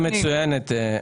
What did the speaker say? מבוטחות?